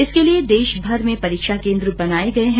इसके लिये में देशभर में परीक्षा केन्द्र बनाये गये हैं